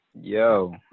Yo